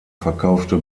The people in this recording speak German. verkaufte